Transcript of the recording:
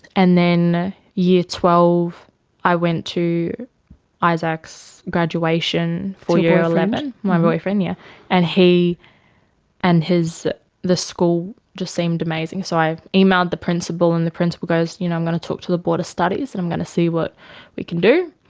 and then year twelve i went to isaac's graduation for year eleven, my boyfriend, yeah and he and the school just seemed amazing. so i emailed the principal and the principal goes, you know i'm going to talk to the board of studies and i'm going to see what we can do.